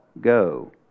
go